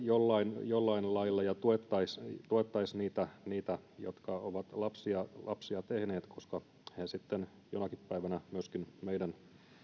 jollain jollain lailla kannustettaisiin ja tuettaisiin tuettaisiin heitä jotka ovat lapsia lapsia tehneet koska he sitten jonakin päivänä myöskin meidän